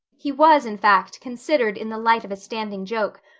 he was, in fact, considered in the light of a standing joke,